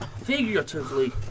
Figuratively